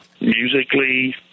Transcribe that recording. musically